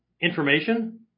Information